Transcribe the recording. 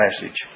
passage